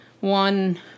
One